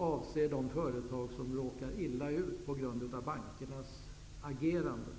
av företag som råkar illa ut på grund av bankernas agerande.